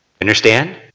Understand